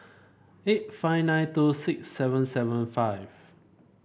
eight five nine two six seven seven five